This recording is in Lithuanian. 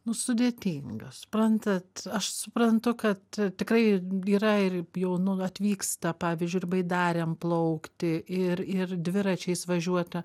nu sudėtinga suprantat aš suprantu kad tikrai yra ir jaunų atvyksta pavyzdžiui ir baidarėm plaukti ir ir dviračiais važiuoti